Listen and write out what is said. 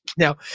Now